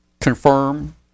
confirm